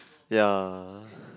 ya